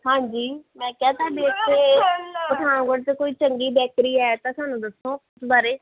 ਹਾਂਜੀ ਮੈਂ ਕਹਿ ਤਾ ਬੇਟੇ ਪਠਾਨਕੋਟ 'ਚ ਕੋਈ ਚੰਗੀ ਬੇਕਰੀ ਹੈ ਤਾਂ ਸਾਨੂੰ ਦੱਸੋ ਉਸ ਬਾਰੇ